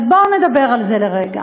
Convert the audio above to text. אז בואו נדבר על זה רגע.